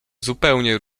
zupełnie